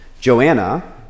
Joanna